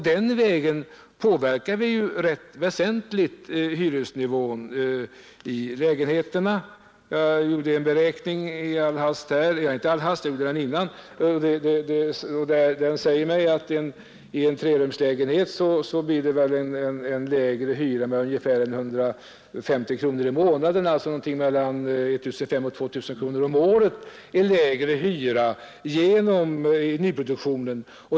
Den vägen påverkar vi hyresnivån i lägenheterna rätt väsentligt. Jag har gjort en beräkning som säger mig att hyran för en trerumslägenhet minskar med ungefär 150 kronor i månaden, alltså mellan 1 500 och 2000 kronor om året, genom nyproduktionen.